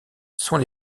sont